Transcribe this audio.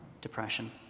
depression